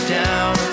down